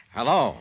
Hello